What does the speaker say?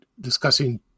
discussing